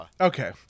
Okay